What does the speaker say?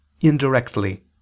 indirectly